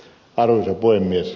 arvoisa puhemies